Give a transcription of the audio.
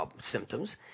symptoms